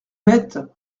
bête